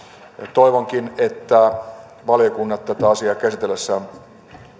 toivonkin että valiokunnat tätä asiaa käsitellessään